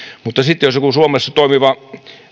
mutta sitten jos joku suomessa toimiva